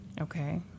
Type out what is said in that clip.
okay